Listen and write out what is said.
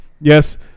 Yes